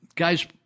Guys